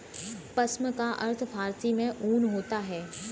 पश्म का अर्थ फारसी में ऊन होता है